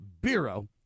Bureau